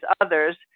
others